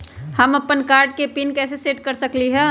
हम अपन कार्ड के पिन कैसे सेट कर सकली ह?